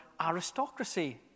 aristocracy